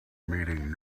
meeting